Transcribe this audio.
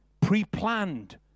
pre-planned